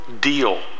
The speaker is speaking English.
deal